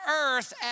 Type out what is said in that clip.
earth